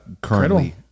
currently